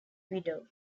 widow